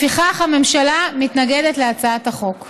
לפיכך, הממשלה מתנגדת להצעת החוק.